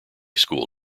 school